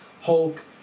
Hulk